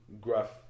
Gruff